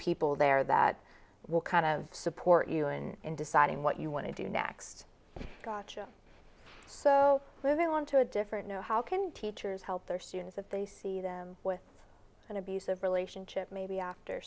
people there that will kind of support you and in deciding what you want to do next gotcha so clear they want to a different know how can teachers help their students if they see them with an abusive relationship